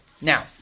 now